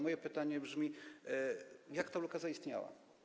Moje pytanie brzmi: Jak ta luka zaistniała?